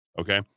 Okay